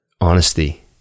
honesty